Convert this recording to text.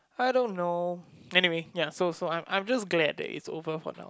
I don't know anyway ya so so I am I am just glad that it is over for now